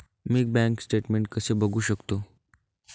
मी bank statement कसे बघू शकतो?